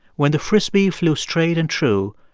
when the frisbee flew straight and true,